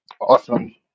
awesome